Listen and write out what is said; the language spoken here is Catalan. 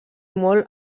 molt